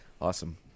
awesome